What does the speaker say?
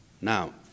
Now